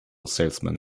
salesman